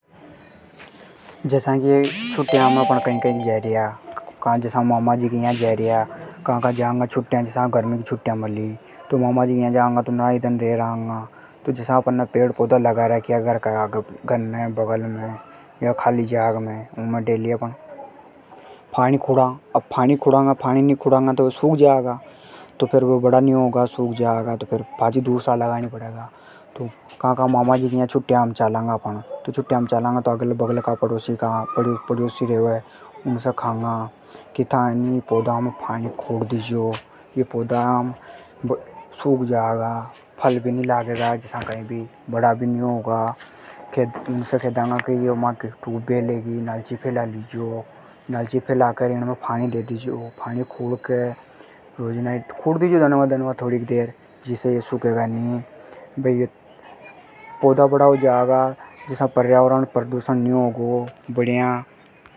जसा की छुट्टियां में अपण कई कई जार्या। जसा मामाजी के या जार्या। का का जार्या गर्मी की छुट्टियां मली तो। मामाजी के या जंगा तो नरा दन रे के आंगा। जसा पेड़ पौधा लगा रख्या घर के आस पास। मामाजी के या जांगा तो नरा दन में आंगा। अगल बगल का पड़ोसी से केर जांगा के था ईमे पाणी खुड़ दी जो। ये पौधा सूख जागा तो म्हाके ट्यूबवेल हेगी। उमे से नलची फैला लीजो इनमें पाणी दे दीजो। दनवा दनवा दे दीजो।